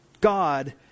God